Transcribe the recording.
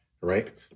right